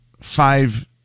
five